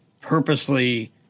purposely